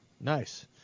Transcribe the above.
Nice